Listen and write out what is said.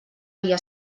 dia